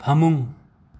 ꯐꯃꯨꯡ